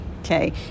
Okay